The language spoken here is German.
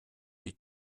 die